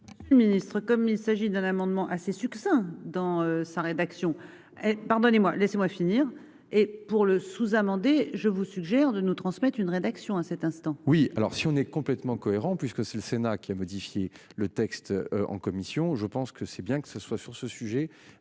Le ministre comme il s'agit d'un amendement assez succinct dans sa rédaction et pardonnez-moi, laissez-moi finir. Et pour le sous-amendé. Je vous suggère de nous transmettre une rédaction à cet instant. Oui alors si on est complètement cohérent puisque c'est le Sénat qui a modifié le texte en commission, je pense que c'est bien que ce soit sur ce sujet.